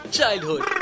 Childhood।